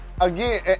Again